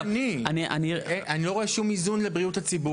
אני לא רואה שום איזון לבריאות הציבור.